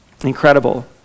incredible